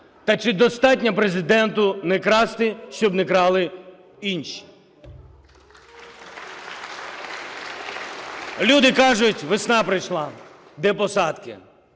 Та чи достатньо Президенту не красти, щоб не крали інші? Люди кажуть: "Весна прийшла. Де посадки?".